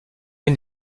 une